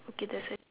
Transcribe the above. okay there's a